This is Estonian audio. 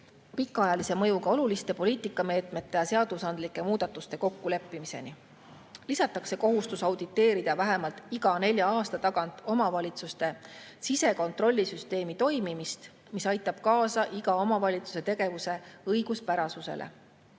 pikaajalise mõjuga oluliste poliitikameetmete ja seadusandlike muudatuste kokkuleppimisele. Lisatakse kohustus auditeerida vähemalt iga nelja aasta tagant omavalitsuste sisekontrollisüsteemi toimimist, mis aitab kaasa iga omavalitsuse tegevuse õiguspärasusele.